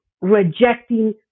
rejecting